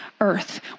earth